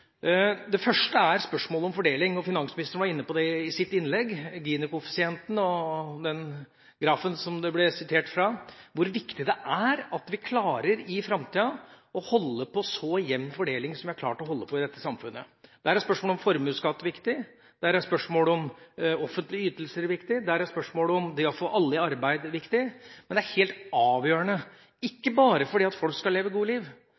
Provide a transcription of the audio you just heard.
Det første er spørsmålet om fordeling. Finansministeren var inne på dette i sitt innlegg – Gini-koeffisenten og denne grafen som det ble sitert fra – hvor viktig det er at vi i framtida klarer å holde på en så jevn fordeling som vi har klart å holde på i dette samfunnet. Der er spørsmålet om formuesskatt viktig, der er spørsmålet om offentlige ytelser viktig, der er spørsmålet om det å få alle i arbeid viktig. Men det er helt avgjørende – ikke bare for at folk skal leve et godt liv,